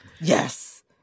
Yes